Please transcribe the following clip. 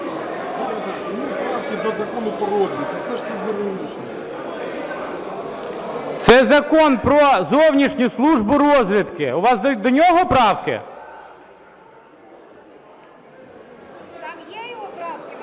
Це закон про зовнішню службу розвідки. У вас до нього правки?